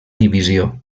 divisió